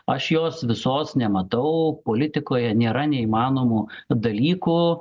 aš jos visos nematau politikoje nėra neįmanomų dalykų